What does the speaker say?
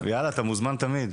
אתה מוזמן תמיד.